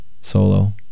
solo